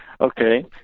Okay